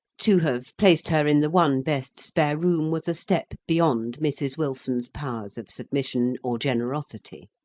to have placed her in the one best spare room was a step beyond mrs. wilson's powers of submission or generosity.